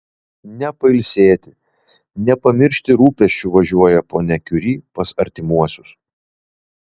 ne pailsėti ne pamiršti rūpesčių važiuoja ponia kiuri pas artimuosius